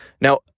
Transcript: Now